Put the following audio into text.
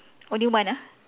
only one ah